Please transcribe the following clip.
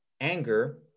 Anger